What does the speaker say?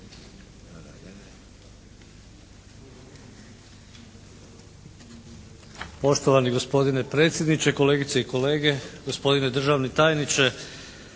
Poštovani gospodine predsjedniče, kolegice i kolege, gospodine državni tajniče!